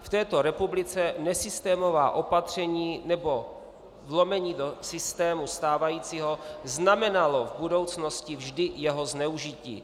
V této republice nesystémová opatření nebo vlomení do systému stávajícího znamenalo v budoucnosti vždy jeho zneužití.